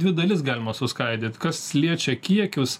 dvi dalis galima suskaidyt kas liečia kiekius